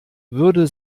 würde